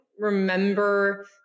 remember